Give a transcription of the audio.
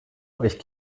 euch